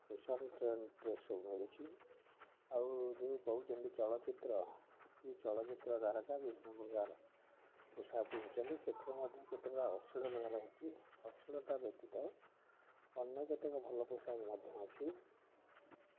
fashion trend dress ସବୁ ମିଳୁଛି ଆଉ ଯେଉଁ କହୁଛନ୍ତି ଚଳଚ୍ଚିତ୍ର ଏ ଚଳଚ୍ଚିତ୍ର ତାରକା ବିଭିନ୍ନ ପ୍ରକାର ପୋଷାକ ପିନ୍ଧୁଛନ୍ତି ସେଥିରେ ମଧ୍ୟ କେତେଟା ଅଶ୍ଳୀଳ ବ୍ୟବହାର ହଉଛି ଅଶ୍ଳୀଳତା ବ୍ୟତୀତ ଅନ୍ୟ କେତେକ ଭଲ ପୋଷାକ ମଧ୍ୟ ଅଛି